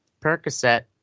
Percocet